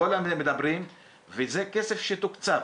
כולם מדברים וזה כסף שתוקצב.